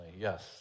Yes